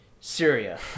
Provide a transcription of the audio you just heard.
Syria